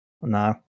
No